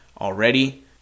already